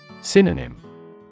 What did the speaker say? Synonym